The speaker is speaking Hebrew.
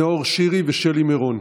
נאור שירי ושלי מירון.